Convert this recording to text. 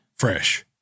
fresh